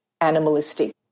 animalistic